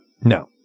No